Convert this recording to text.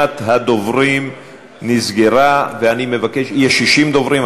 שרשימת הדוברים נסגרה ויש 60 דוברים.